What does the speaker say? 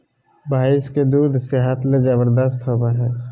भैंस के दूध सेहत ले जबरदस्त होबय हइ